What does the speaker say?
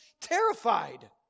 terrified